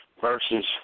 versus